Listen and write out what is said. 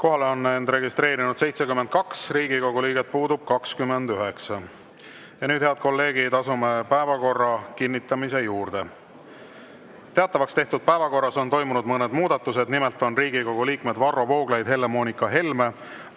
Kohalolijaks on end registreerinud 72 Riigikogu liiget, puudub 29. Nüüd, head kolleegid, asume päevakorra kinnitamise juurde. Teatavaks tehtud päevakorras on toimunud mõned muudatused. Nimelt on Riigikogu liikmed Varro Vooglaid, Helle-Moonika Helme,